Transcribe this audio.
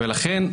לכן,